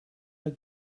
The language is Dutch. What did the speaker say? hij